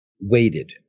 waited